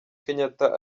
kenyatta